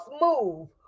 move